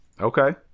okay